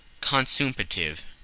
consumptive